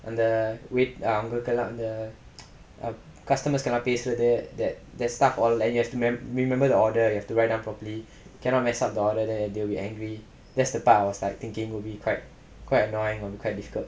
அந்த:antha wait அவங்களுக்கெல்லாம்:avangalukkellaam the customers cannot பேசுறது:pesurathu that that stuff and you have to remember the order you have to write down properly cannot mess up order then they'll be angry that's the part I was like thinking quite quite annoying quite difficult